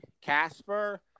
Casper